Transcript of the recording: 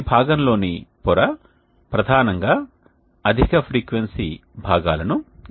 పైభాగంలోని పొర ప్రధానంగా అధిక ఫ్రీక్వెన్సీ భాగాలను గ్రహిస్తుంది